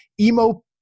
emo